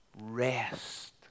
Rest